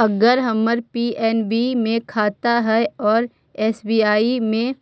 अगर हमर पी.एन.बी मे खाता है और एस.बी.आई में